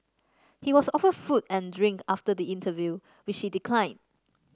he was offered food and drink after the interview which he declined